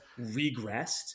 regressed